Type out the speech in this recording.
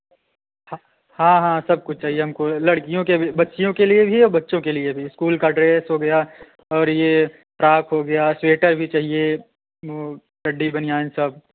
हाँ हाँ सब कुछ चाहिए हमको लड़कियों के भी बच्चियों के लिए भी और बच्चों के लिए भी इस्कूल का ड्रेस हो गया और यह फ्राक हो गया स्वेटर भी चाहिए वह चड्डी बनियान सब